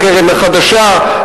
הקרן החדשה,